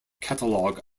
catalogue